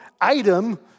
item